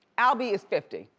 al b is fifty,